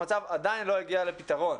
המצב עדיין לא הגיע לפתרון,